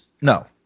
No